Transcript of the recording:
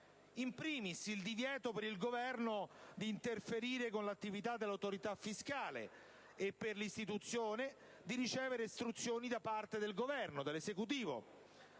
*In primis*, vi è il divieto per il Governo di interferire con l'attività dell'autorità fiscale e per l'istituzione di ricevere istruzioni da parte dell'Esecutivo.